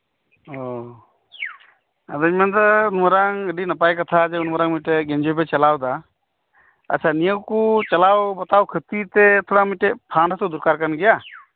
ᱚᱸᱻ ᱟᱫᱚᱹᱧ ᱢᱮᱱᱫᱟ ᱢᱟᱨᱟᱝ ᱟᱹᱰᱤ ᱱᱟᱯᱟᱭ ᱠᱟᱛᱷᱟ ᱟᱹᱰᱤᱢᱟᱨᱟᱝ ᱢᱤᱫᱴᱮᱡ ᱮᱱᱡᱤᱭᱚ ᱯᱮ ᱪᱟᱞᱟᱣᱮᱫᱟ ᱟᱪᱷᱟ ᱱᱤᱭᱟᱹᱠᱩ ᱪᱟᱞᱟᱣ ᱵᱟᱛᱟᱣ ᱠᱷᱟᱹᱛᱤᱨ ᱛᱮ ᱛᱷᱚᱲᱟᱢᱤᱫᱴᱮᱡ ᱯᱷᱟᱱᱰ ᱦᱚᱛᱚ ᱫᱚᱨᱠᱟᱨ ᱠᱟᱱᱜᱮᱭᱟ